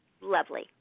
lovely